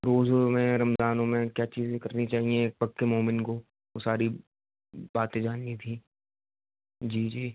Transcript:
روزوں میں رمضانوں میں کیا چیزیں کرنی چاہئیں ایک پکے مومن کو وہ ساری باتیں جاننی تھیں جی جی